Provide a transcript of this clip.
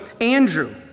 Andrew